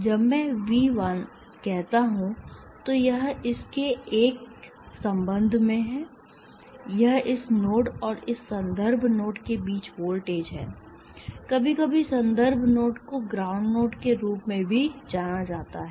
जब मैं V1 कहता हूं तो यह इस एक के संबंध में है यह इस नोड और इस संदर्भ नोड के बीच वोल्टेज है कभी कभी संदर्भ नोड को ग्राउंड नोड के रूप में भी जाना जाता है